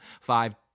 five